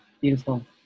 Beautiful